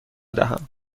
دهم